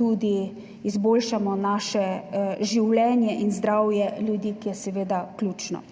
tudi izboljšamo življenje in zdravje ljudi, ki je seveda ključno.